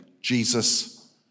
Jesus